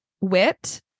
wit